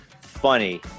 funny